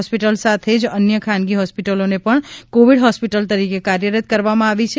hospital સાથે જ અન્ય ખાનગી હોસ્પિટલોને પણ કોવિડ હોસ્પિટલ તરીકે કાર્યરત કરવામાં આવી છે